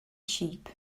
sheep